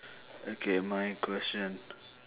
okay my question